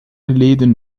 geleden